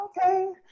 okay